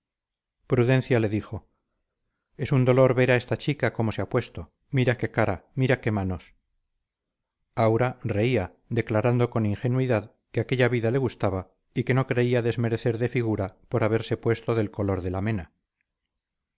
prudencia le dijo es un dolor ver a esta chica cómo se ha puesto mira qué cara mira qué manos aura reía declarando con ingenuidad que aquella vida le gustaba y que no creía desmerecer de figura por haberse puesto del color de la mena